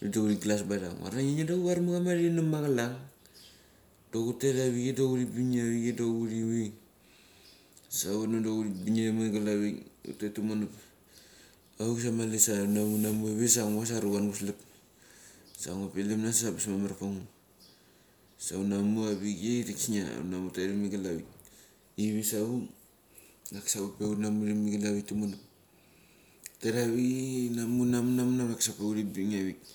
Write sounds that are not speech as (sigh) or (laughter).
(unintelligible) huglas bana nguvarange ngedra huvarma inam machalal dok hutet huri bingia ivichei da hurivi. Sa vona da huribingiram igal, hutet tamonap. Auk sa mali hunam hunamu ivi sa ngo sa aruvan gu slap. Sa ngu pilim nas ambas mamar parango sa hunamu avichei da kisnia, (unintelligible) igel avik savuk daksie hupe hunamu iramigel avik tumono. Hutet avichei inamuk inamuk da kisa hupe huri bing avik.